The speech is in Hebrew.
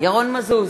ירון מזוז,